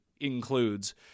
includes –